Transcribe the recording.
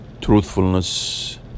Truthfulness